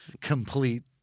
complete